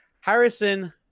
Harrison